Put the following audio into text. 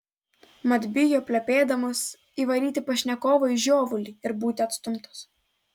mat bijo plepėdamos įvaryti pašnekovui žiovulį ir būti atstumtos